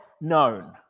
known